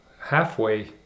halfway